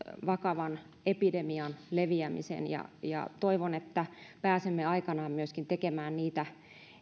vakavan epidemian leviämisen toivon että pääsemme aikanaan myöskin tekemään niitä